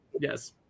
Yes